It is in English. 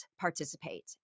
participate